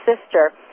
sister